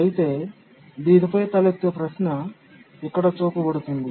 అయితే దీనిపై తలెత్తే ప్రశ్న ఇక్కడ చూపబడుతుంది